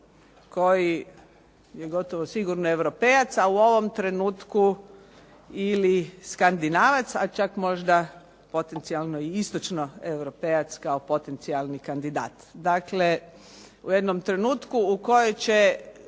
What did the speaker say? koji je gotovo sigurno Europejac a u ovom trenutku ili Skandinavac, a čak možda potencijalno i istočno Europejac kao potencijalni kandidat. Dakle, u jednom trenutku u kojem će